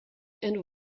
and